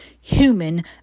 human